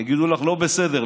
יגידו לך: לא בסדר,